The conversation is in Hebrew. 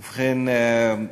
ובכן,